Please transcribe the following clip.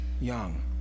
young